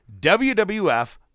wwf